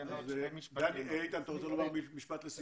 מנהל שיכול לבוא הביתה,